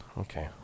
Okay